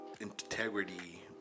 integrity